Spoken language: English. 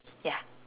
ya